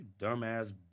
dumbass